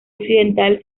occidental